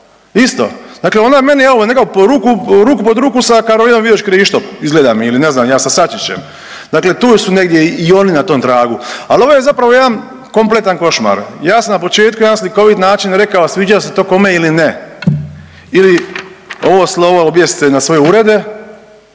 isto, dakle ona je meni evo nekako ruku pod ruku sa Karolinom Vidović Krišto izgleda mi ili ne znam ja sa Sačićem, dakle tu su negdje i oni na tom tragu, al ovo je zapravo jedan kompletan košmar. Ja sam na početku na jedan slikovit način rekao sviđalo se to kome ili ne ili ovo slovo objesite na svoje urede